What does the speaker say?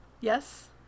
Yes